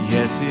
Yes